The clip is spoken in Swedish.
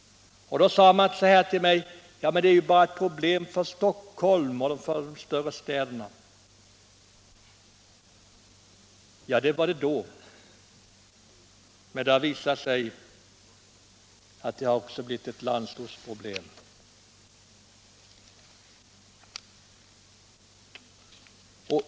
Då sade man till mig; ”Det är ju bara ett problem för Stockholm och de större städerna.” Ja, det var det då, men det har visat sig bli också ett landsortsproblem.